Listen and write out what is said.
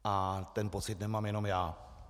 A ten pocit nemám jenom já.